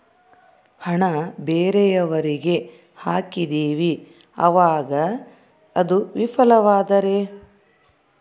ಹಣ ಬೇರೆಯವರಿಗೆ ಹಾಕಿದಿವಿ ಅವಾಗ ಅದು ವಿಫಲವಾದರೆ?